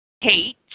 hate